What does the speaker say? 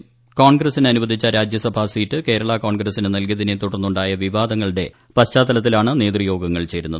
പന്തണ്ടിന് കോൺഗ്രസിന് അനുവദിച്ച രാജ്യസഭാസീറ്റ് കേരള കോൺഗ്രസിന് നൽകിയതിനെ തുടർന്നുണ്ടായ വിവാദങ്ങളുടെ പശ്ചാത്തലത്തിലാണ് നേതൃയോഗങ്ങൾ ചേരുന്നത്